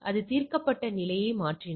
அது தீர்க்கப்பட்ட நிலையை மாற்றினால்